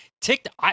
TikTok